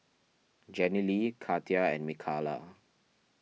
Jenilee Katia and Mikalah